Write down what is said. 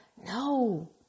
No